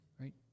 Right